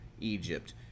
Egypt